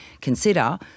consider